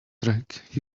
soundtrack